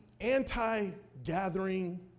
anti-gathering